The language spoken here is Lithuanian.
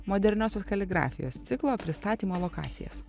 moderniosios kaligrafijos ciklo pristatymo lokacijas